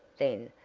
then,